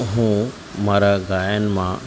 હું મારા ગાયનમાં